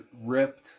ripped